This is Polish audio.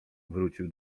wrócił